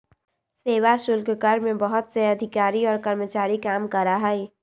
सेवा शुल्क कर में बहुत से अधिकारी और कर्मचारी काम करा हई